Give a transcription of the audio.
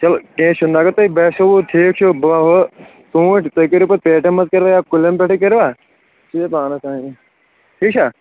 چلو کینہہ چھُنہٕ اگر تۄہہِ باسیوٕٹھیٖک چھِ بہٕ وٕ ژوٗنٹھۍ تُہۍ کٔرۍ تو پتہٕ پیٹین منز کٔرۍ وا یا کُلٮ۪ن پیٹھٕے کٔرِوا سُہ چھُ ژےٚ پانس تانی